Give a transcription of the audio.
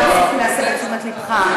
אני רק רציתי להסב את תשומת לבך.